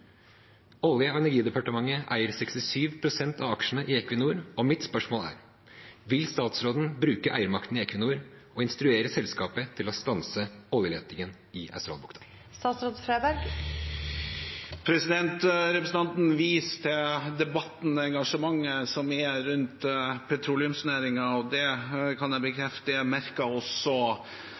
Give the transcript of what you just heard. Olje- og energidepartementet eier 67 pst. av aksjene i Equinor, og mitt spørsmål er: Vil statsråden bruke eiermakten i Equinor og instruere selskapet til å stanse oljeletingen i Australbukta? Representanten viser til debatten og engasjementet som er rundt petroleumsnæringen, og jeg kan bekrefte at det merker også